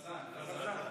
וזאן.